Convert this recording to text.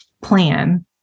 plan